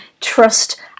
trust